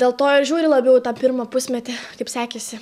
dėl to ir žiūri labiau į tą pirmą pusmetį kaip sekėsi